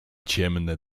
ciemne